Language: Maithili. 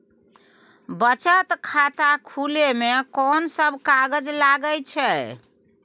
बचत खाता खुले मे कोन सब कागज लागे छै?